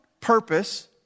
purpose